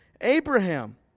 Abraham